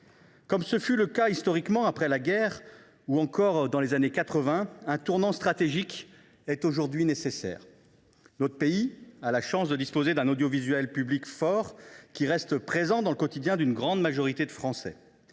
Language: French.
Comme ce fut le cas historiquement après guerre ou encore dans les années 1980, un tournant stratégique est aujourd’hui nécessaire. Notre pays a la chance de disposer d’un audiovisuel public fort qui reste présent dans le quotidien d’une grande majorité de Français.